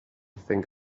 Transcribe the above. think